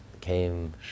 came